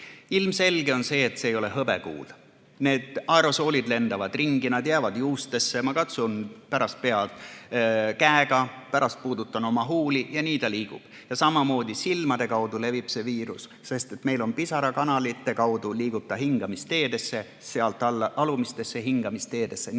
Ilmselge on see, et see ei ole hõbekuul. Aerosoolid lendavad ringi, jäävad ka juustesse, ma katsun pärast pead käega, pärast puudutan oma huuli ja nii ta liigub. Samamoodi silmade kaudu levib viirus: pisarakanalite kaudu liigub ta ülemistesse hingamisteedesse, sealt alla alumistesse hingamisteedesse. Nii